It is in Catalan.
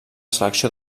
selecció